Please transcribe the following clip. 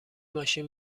ماشین